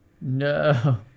No